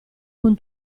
con